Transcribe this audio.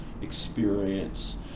experience